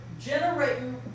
generating